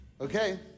Okay